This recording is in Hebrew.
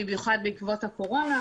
במיוחד בעקבות הקורונה.